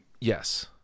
yes